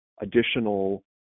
additional